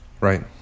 Right